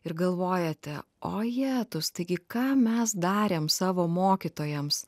ir galvojate ojetus taigi ką mes darėm savo mokytojams